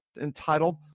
entitled